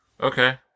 Okay